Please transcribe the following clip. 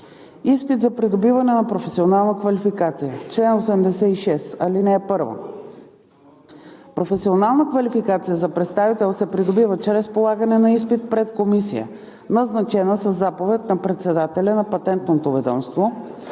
Изпит за придобиване на професионална квалификация Чл. 86. (1) Професионална квалификация за представител се придобива чрез полагане на изпит пред комисия, назначена със заповед на председателя на Патентното ведомство.